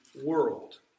world